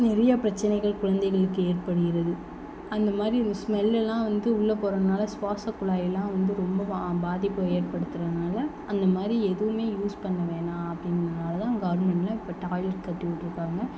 நிறைய பிரச்சினைகள் குழந்தைகளுக்கு ஏற்படுகிறது அந்த மாதிரி இந்த ஸ்மெல்லெலாம் வந்து உள்ள போகிறதுனால சுவாசக்குழாயெலாம் வந்து ரொம்ப வா பாதிப்பு ஏற்படுத்துகிறனால அந்த மாதிரி எதுவுமே யூஸ் பண்ண வேண்ணாம் அப்படிங்கிறனாலதான் நம்ம கவர்மென்ட்டில் இப்போது டாய்லட் கட்டி விட்ருக்காங்க